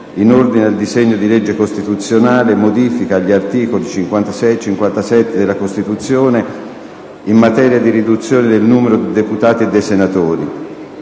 in ordine al disegno di legge costituzionale: «Modifica agli articoli 56 e 57 della Costituzione, in materia di riduzione del numero dei deputati e dei senatori»